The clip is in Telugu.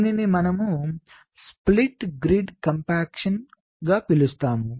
దీనిని మనము ఈ స్ప్లిట్ గ్రిడ్ సంపీడనంగా పిలుస్తాము